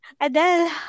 Adele